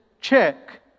check